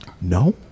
No